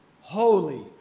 Holy